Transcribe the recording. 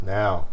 now